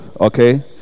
okay